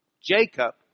Jacob